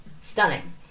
stunning